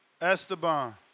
Esteban